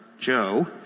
Joe